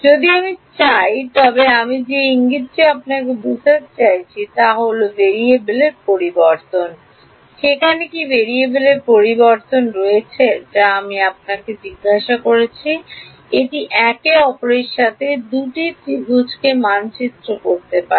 যদি আমি চাই তবে আমি যে ইঙ্গিতটি আপনাকে বোঝাতে চাইছি তার অর্থ হল ভেরিয়েবলের পরিবর্তন সেখানে কি ভেরিয়েবলের পরিবর্তন রয়েছে যা আমি যা জিজ্ঞাসা করছি এটি একে অপরের সাথে 2 টি ত্রিভুজকে মানচিত্র করতে পারে